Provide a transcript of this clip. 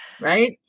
Right